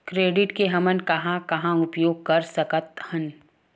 Credit के हमन कहां कहा उपयोग कर सकत हन?